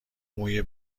موی